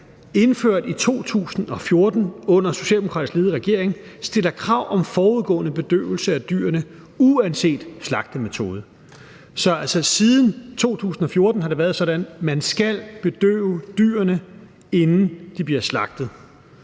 indført i 2014 under en socialdemokratisk ledet regering, stiller krav om forudgående bedøvelse af dyrene uanset slagtemetode. Så siden 2014 har det altså været sådan: Man skal bedøve dyrene, inden de bliver slagtet.